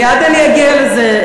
מייד אני אגיע לזה,